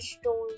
story